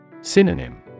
Synonym